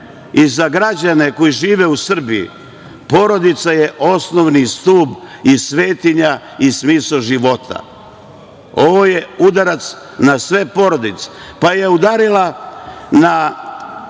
i za građane koji žive u Srbiji, porodica je osnovni stub i svetinja i smisao života. Ovo je udarac na sve porodice. Pa je udarila na